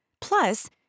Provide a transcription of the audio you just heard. Plus